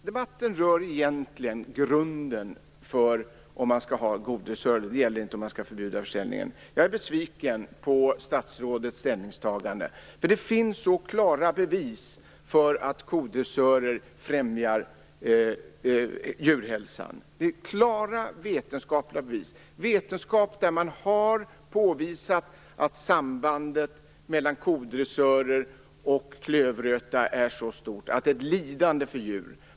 Debatten rör egentligen grunden för huruvida man skall få ha kodressörer eller inte, inte om man skall förbjuda försäljningen. Jag är besviken på statsrådets ställningstagande. Det finns klara bevis för att kodressörer främjar djurhälsan - klara, vetenskapliga bevis på att sambandet mellan kodressörer och minskad klövröta är stort.